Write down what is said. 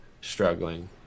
struggling